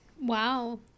Wow